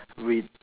with